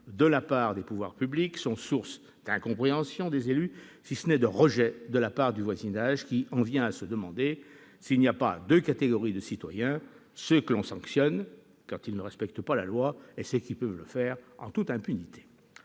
de la part des pouvoirs publics sont source d'incompréhension pour les élus, si ce n'est de rejet par le voisinage, qui en vient à se demander s'il n'y a pas deux catégories de citoyens : ceux que l'on sanctionne quand ils ne respectent pas la loi et ceux qui peuvent se le permettre en toute impunité.